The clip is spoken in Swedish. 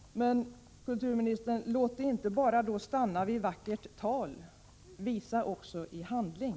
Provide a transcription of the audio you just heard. Men, kulturministern, låt det då inte stanna vid vackert tal! Visa det också i handling!